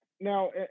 Now